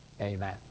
amen